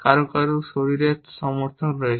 কারও কারও শরীরের সমর্থন রয়েছে